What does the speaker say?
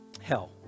hell